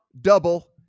double